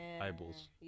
eyeballs